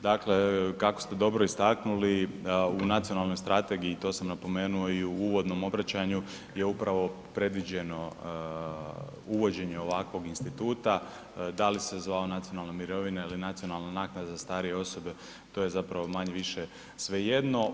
Dakle, kako ste dobro istaknuli u nacionalnoj strategiji to sam napomenuo i u uvodnom obraćanju je upravo predviđeno uvođenje ovakvog instituta, da li se zvao nacionalna mirovina ili nacionalna naknada za starije osobe to je zapravo manje-više svejedno.